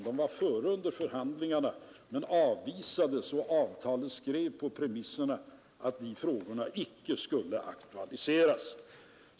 De var före under förhandlingarna men avvisades, och avtalet skrevs på premisserna att dessa frågor icke skulle aktualiseras.